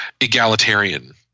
egalitarian